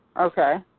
Okay